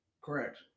Correct